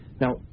Now